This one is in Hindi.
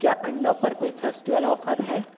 क्या अण्डों पर कोई फेस्टिवल ऑफ़र है